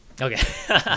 Okay